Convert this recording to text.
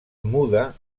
muda